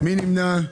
מי נמנע?